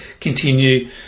continue